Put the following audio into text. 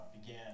began